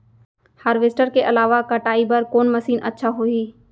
Harvester के अलावा कटाई बर कोन मशीन अच्छा होही?